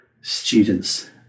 students